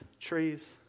trees